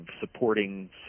supporting